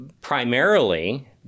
primarily